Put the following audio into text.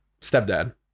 stepdad